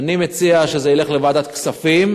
אני מציע שזה ילך לוועדת כספים,